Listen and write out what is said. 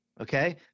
okay